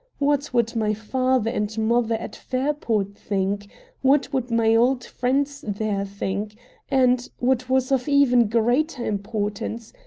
what would my father and mother at fairport think what would my old friends there think and, what was of even greater importance,